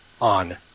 on